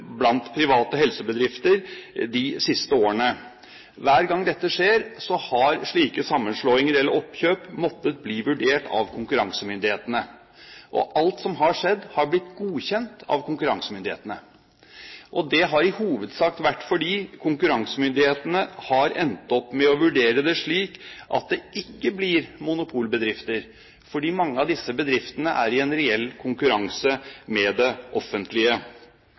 blant private helsebedrifter de siste årene. Hver gang dette skjer, har slike sammenslåinger eller oppkjøp måttet bli vurdert av konkurransemyndighetene. Alt som har skjedd, har blitt godkjent av konkurransemyndighetene. Det har i hovedsak vært fordi konkurransemyndighetene har endt opp med å vurdere det slik at det ikke blir monopolbedrifter fordi mange av disse bedriftene er i en reell konkurranse med det offentlige.